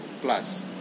Plus